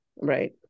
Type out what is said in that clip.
Right